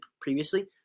previously